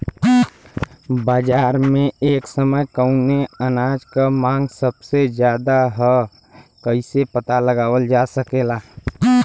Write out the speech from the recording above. बाजार में एक समय कवने अनाज क मांग सबसे ज्यादा ह कइसे पता लगावल जा सकेला?